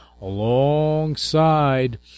alongside